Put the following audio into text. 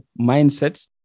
mindsets